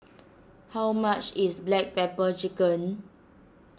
how much is Black Pepper Chicken